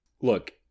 Look